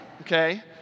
Okay